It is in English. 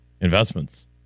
investments